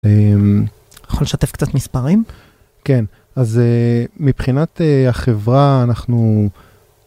יכול לשתף קצת מספרים כן אז מבחינת החברה אנחנו.